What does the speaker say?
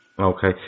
Okay